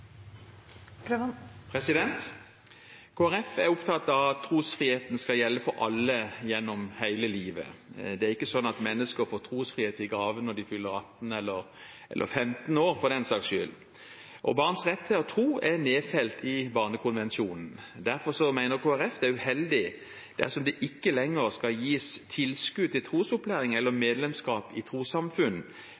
opptatt av at trosfriheten skal gjelde for alle gjennom hele livet. Det er ikke sånn at mennesker får trosfrihet i gave når de fyller 18 år – eller 15 år for den saks skyld. Barns rett til å tro er nedfelt i barnekonvensjonen. Derfor mener Kristelig Folkeparti det er uheldig dersom det ikke lenger skal gis tilskudd til trosopplæring eller